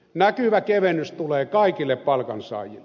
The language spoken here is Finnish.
näkyvä kevennys tulee kaikille palkansaajille